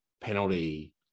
penalty